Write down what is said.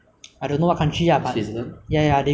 you pay more but you get free healthcare everywhere